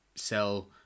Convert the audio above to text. sell